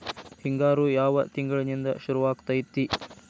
ಹಿಂಗಾರು ಯಾವ ತಿಂಗಳಿನಿಂದ ಶುರುವಾಗತೈತಿ?